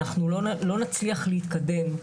אנחנו לא נצליח להתקדם.